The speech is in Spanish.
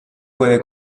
puede